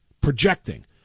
projecting